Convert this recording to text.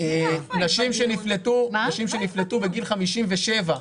נשים שנפלטו בגיל 57,